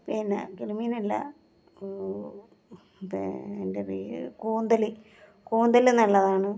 പിന്നെ കിളിമീൻ അല്ല അതിൻ്റെ പേര് കൂന്തൽ കൂന്തൽ നല്ലതാണ്